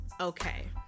okay